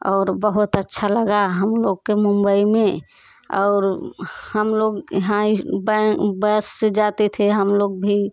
और बहुत अच्छा लगा हम लोग के मुंबई में और हम लोग यहाँ बस से जाते थे हम लोग भी